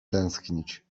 tęsknić